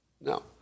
No